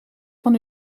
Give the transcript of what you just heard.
van